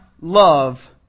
love